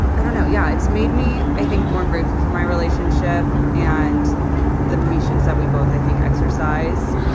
i don't know. yeah. it's made me, i think, more grateful for my relationship and the patience that we both, i think, exercise.